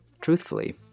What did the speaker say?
Truthfully